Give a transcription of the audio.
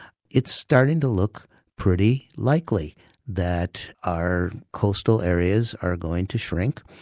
it's starting to look pretty likely that our coastal areas are going to shrink.